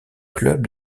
club